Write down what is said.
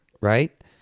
right